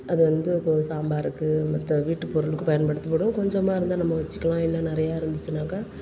அதை வந்து இப்போது சாம்பாருக்கு மற்ற வீட்டு பொருளுக்கு பயன்படுத்தபடும் கொஞ்சமாக இருந்தால் நம்ம வச்சிக்கிலாம் இல்ல நிறையா இருந்துச்சின்னாக்கா